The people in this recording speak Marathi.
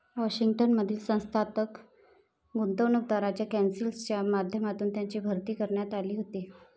वॉशिंग्टन मधील संस्थात्मक गुंतवणूकदारांच्या कौन्सिलच्या माध्यमातून त्यांची भरती करण्यात आली होती